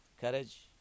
courage